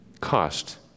cost